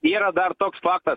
yra dar toks faktas